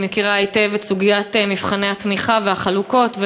אני מכירה היטב את סוגיית מבחני התמיכה והחלוקות,